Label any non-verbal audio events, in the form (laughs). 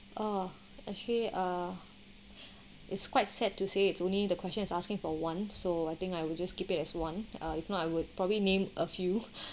oh actually uh it's quite sad to say it's only the question is asking for one so I think I will just keep it as one ah if not I would probably name a few (laughs)